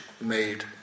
made